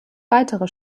weitere